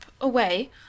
away